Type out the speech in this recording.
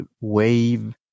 Wave